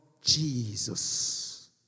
Jesus